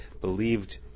believed